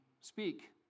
speak